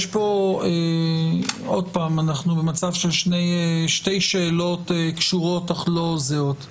אנחנו במצב של שתי שאלות שקשורות אך לא זהות.